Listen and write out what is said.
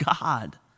God